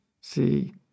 see